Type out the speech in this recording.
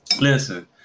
Listen